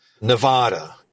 Nevada